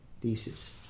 thesis